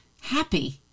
happy